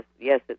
yes